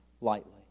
Lightly